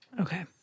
Okay